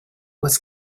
was